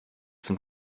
sind